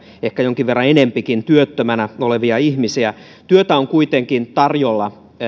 ehkä jonkin verran enempikin työttömänä olevia ihmisiä työtä on kuitenkin tarjolla